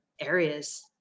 areas